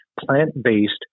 plant-based